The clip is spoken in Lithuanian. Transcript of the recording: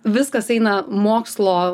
viskas eina mokslo